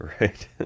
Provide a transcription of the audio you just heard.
right